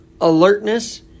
alertness